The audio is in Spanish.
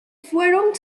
fueron